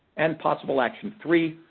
and possible action three,